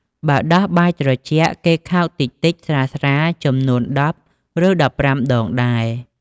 បើដោះបាយត្រជាក់គេខោកតិចៗស្រាលៗ ចំនួន ១០ ឬ ១៥ ដងដែរ។